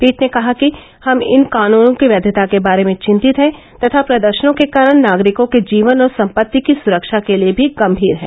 पीठ ने कहा कि हम इन कानूनों की वैवता के बारे में चिंतित हैं तथा प्रदर्शनों के कारण नागरिकों के जीवन और सम्पत्ति की सुरक्षा के लिए भी गंभीर हैं